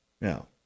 Now